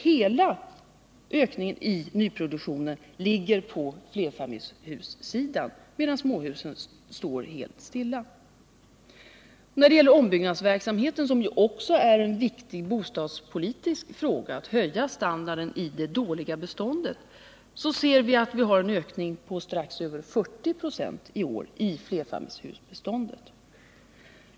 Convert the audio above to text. Hela nyproduktionsökningen ligger på flerfamiljshusen, medan småhusbyggandet står helt stilla. När det gäller ombyggnadsverksamheten — som också är en viktig bostadspolitisk fråga —dvs. att höja standarden i det dåliga beståndet, ser vi att vi har en ökning på strax över 40 96 i år i flerfamiljshusbeståndet.